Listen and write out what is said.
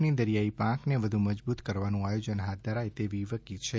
ની દરિયાઈ પાંખને વધુ મજબૂત કરવાનું આયોજન હાથ ધરાય તેવી વકી છે